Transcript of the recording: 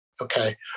Okay